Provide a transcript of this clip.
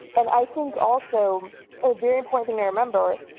and i think also a very important thing to remember.